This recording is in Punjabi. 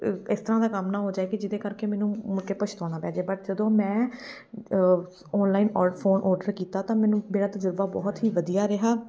ਇਸ ਤਰ੍ਹਾਂ ਦਾ ਕੰਮ ਨਾ ਹੋ ਜਾਵੇ ਕਿ ਜਿਹਦੇ ਕਰਕੇ ਮੈਨੂੰ ਮੁੜ ਕੇ ਪਛਤਾਉਣਾ ਪੈ ਜੇ ਬਟ ਜਦੋਂ ਮੈਂ ਔਨਲਾਈਨ ਔ ਫੋਨ ਔਡਰ ਕੀਤਾ ਤਾਂ ਮੈਨੂੰ ਮੇਰਾ ਤਜ਼ਰਬਾ ਬਹੁਤ ਹੀ ਵਧੀਆ ਰਿਹਾ